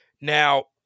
Now